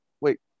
wait